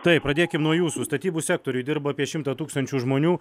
taip pradėkim nuo jūsų statybų sektoriuj dirba apie šimtą tūkstančių žmonių